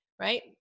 right